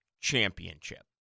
championship